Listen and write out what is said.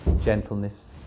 gentleness